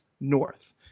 North